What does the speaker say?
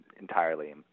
entirely